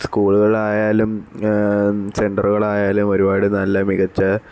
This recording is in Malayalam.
സ്കൂളുകള് ആയാലും സെന്ററുകള് ആയാലും ഒരുപാട് നല്ല മികച്ച